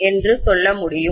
என்று சொல்ல முடியும்